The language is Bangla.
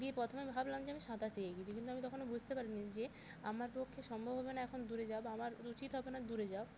দিয়ে প্রথমে ভাবলাম যে আমি সাঁতার শিখে গিয়েছি কিন্তু আমি তখনও বুঝতে পারি নি যে আমার পক্ষে সম্ভব হবে না এখন দূরে যাওয়া বা আমার উচিৎ হবে না দূরে যাওয়া